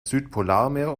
südpolarmeer